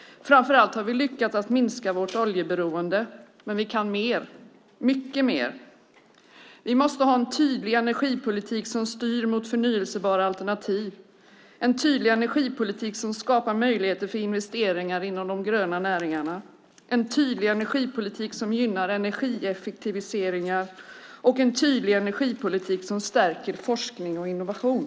Framför allt har vi lyckats minska vårt oljeberoende, men vi kan mer - mycket mer. Vi måste ha en tydlig energipolitik som styr mot förnybara alternativ och skapar möjligheter för investeringar inom de gröna näringarna. Vi måste ha en tydlig energipolitik som gynnar energieffektiviseringar och stärker forskning och innovation.